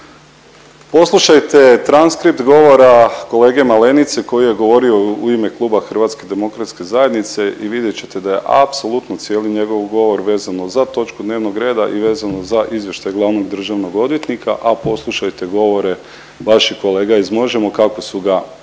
Poslušajte transkript govora kolege Malenice koji je govorio u ime Kluba HDZ-a i vidjet ćete da je apsolutno cijeli njegov govor vezano za točku dnevnog reda i vezano za izvještaj glavnog državnog odvjetnika, a poslušajte govore vaših kolega iz Možemo! kako su ga oni